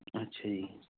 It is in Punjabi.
ਹਾਂਜੀ